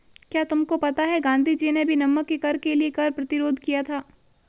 क्या तुमको पता है गांधी जी ने भी नमक के कर के लिए कर प्रतिरोध किया था